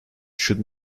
should